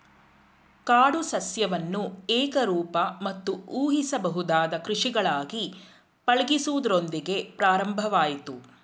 ಕಾಡು ಸಸ್ಯವನ್ನು ಏಕರೂಪ ಮತ್ತು ಊಹಿಸಬಹುದಾದ ಕೃಷಿಗಳಾಗಿ ಪಳಗಿಸುವುದರೊಂದಿಗೆ ಪ್ರಾರಂಭವಾಯ್ತು